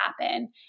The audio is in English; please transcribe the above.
happen